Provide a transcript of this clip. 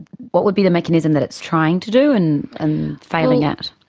what would be the mechanism that it's trying to do and and failing at?